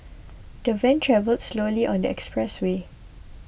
the van travelled slowly on the expressway